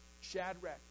Shadrach